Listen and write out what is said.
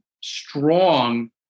strong